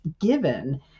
given